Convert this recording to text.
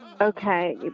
Okay